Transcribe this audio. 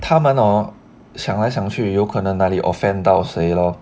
他们想来想去有可能那里 offend 到谁咯